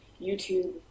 YouTube